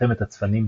מלחמת הצפנים,